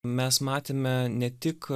mes matėme ne tik